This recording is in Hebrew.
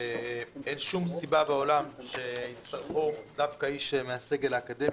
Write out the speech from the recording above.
אין שום סיבה בעולם שיצטרכו דווקא איש מהסגל האקדמי.